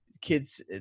Kids